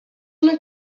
una